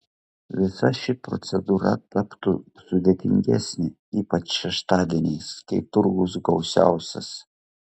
visa ši procedūra taptų sudėtingesnė ypač šeštadieniais kai turgus gausiausias